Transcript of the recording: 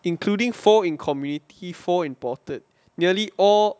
including four in community four imported nearly all